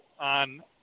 on